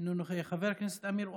אינו נוכח, חבר הכנסת אמיר אוחנה,